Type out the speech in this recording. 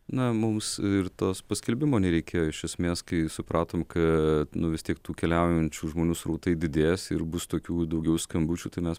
na mums ir tos paskelbimo nereikėjo iš esmės kai supratom kad nu vis tiek tų keliaujančių žmonių srautai didės ir bus tokių daugiau skambučių tai mes